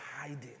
hiding